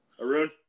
Arun